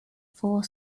four